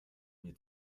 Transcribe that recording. mir